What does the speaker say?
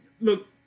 Look